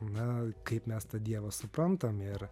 na kaip mes tą dievą suprantam ir